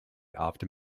after